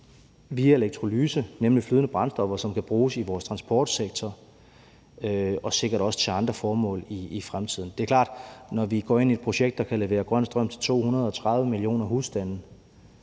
via elektrolyse, nemlig flydende brændstoffer, som kan bruges i vores transportsektor og sikkert også til andre formål i fremtiden. Og det er klart, at når vi går ind i et projekt, der kan levere grøn strøm til 230 millioner husstande,